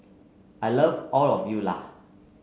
I love all of you lah